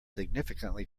significantly